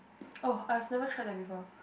oh I've never try them before